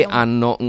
hanno